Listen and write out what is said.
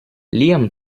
liam